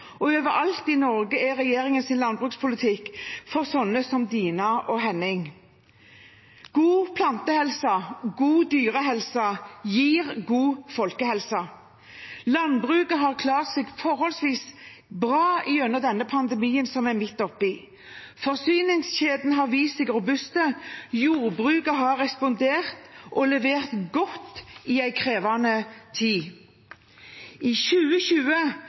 i Norge er regjeringens landbrukspolitikk for sånne som Dina og Henning. God plantehelse og god dyrehelse gir god folkehelse. Landbruket har klart seg forholdsvis bra gjennom pandemien vi er midt oppi. Forsyningskjedene har vist seg robuste. Jordbruket har respondert og levert godt i en krevende tid. I 2020